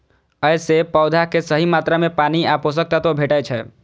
अय सं पौधा कें सही मात्रा मे पानि आ पोषक तत्व भेटै छै